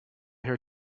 her